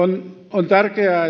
on tärkeää